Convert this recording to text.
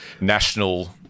national